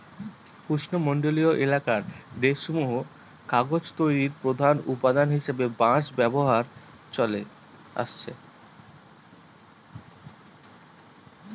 উষ্ণমন্ডলীয় এলাকার দেশসমূহে কাগজ তৈরির প্রধান উপাদান হিসাবে বাঁশ ব্যবহার চলে আসছে